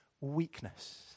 weakness